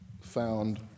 found